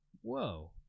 Whoa